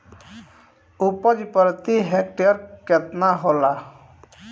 उपज प्रति हेक्टेयर केतना होला?